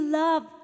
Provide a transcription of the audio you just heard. love